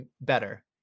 better